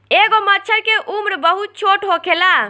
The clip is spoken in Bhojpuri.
एगो मछर के उम्र बहुत छोट होखेला